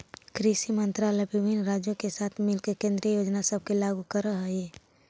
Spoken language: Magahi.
कृषि मंत्रालय विभिन्न राज्यों के साथ मिलके केंद्रीय योजना सब के लागू कर हई